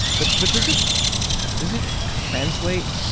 but but does it does it translate?